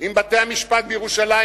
עם בתי-המשפט בירושלים,